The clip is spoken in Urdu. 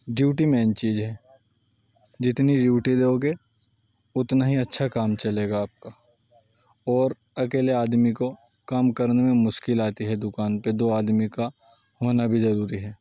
ڈیوٹی مین چیز ہے جتنی ڈیوٹی دو گے اتنا ہی اچھا کام چلے گا آپ کا اور اکیلے آدمی کو کام کرنے میں مشکل آتی ہے دکان پہ دو آدمی کا ہونا بھی ضروری ہے